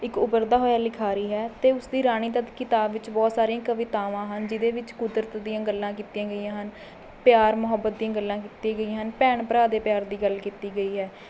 ਇੱਕ ਉੱਭਰਦਾ ਹੋਇਆ ਲਿਖਾਰੀ ਹੈ ਅਤੇ ਉਸਦੀ ਰਾਣੀ ਤੱਤ ਕਿਤਾਬ ਵਿੱਚ ਬਹੁਤ ਸਾਰੀਆਂ ਕਵਿਤਾਵਾਂ ਹਨ ਜਿਹਦੇ ਵਿੱਚ ਕੁਦਰਤ ਦੀਆਂ ਗੱਲਾਂ ਕੀਤੀਆਂ ਗਈਆਂ ਹਨ ਪਿਆਰ ਮੁਹੱਬਤ ਦੀਆਂ ਗੱਲਾਂ ਕੀਤੀਆਂ ਗਈਆਂ ਹਨ ਭੈਣ ਭਰਾ ਦੇ ਪਿਆਰ ਦੀ ਗੱਲ ਕੀਤੀ ਗਈ ਹੈ